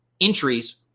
entries